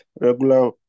regular